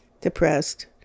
depressed